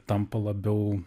tampa labiau